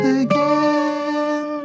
again